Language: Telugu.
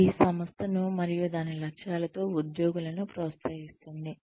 ఇది సంస్థను మరియు దాని లక్ష్యాలతో ఉద్యోగులను ప్రోత్సహిస్తుంది